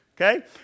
okay